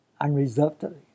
unreservedly